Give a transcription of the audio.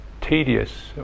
tedious